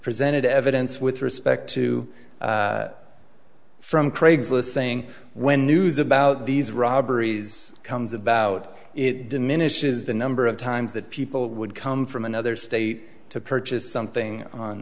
presented evidence with respect to from craigslist saying when news about these robberies comes about it diminishes the number of times that people would come from another state to purchase something